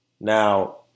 Now